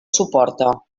suporta